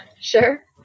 Sure